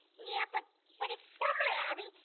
yeah but but it's summer abby.